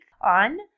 on